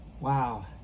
wow